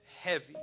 heavy